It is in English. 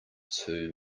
too